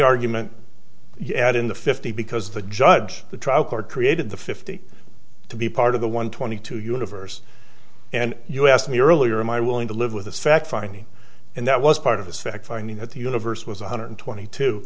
argument you add in the fifty because the judge the trial court created the fifty to be part of the one twenty two universe and you asked me earlier am i willing to live with the fact finding and that was part of this fact finding that the universe was one hundred twenty two